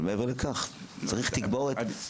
אבל מעבר לכך צריך תגבורת.